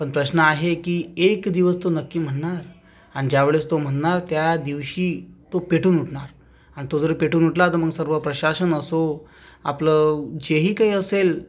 पण प्रश्न आहे की एक दिवस तो नक्की म्हणणार आणि ज्यावेळेस तो म्हणणार त्यादिवशी तो पेटून उठणार आणि तो जर पेटून उठला तर मग सर्व प्रशासन असो आपलं जेही काही असेल